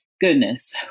goodness